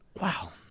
Wow